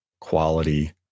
quality